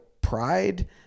pride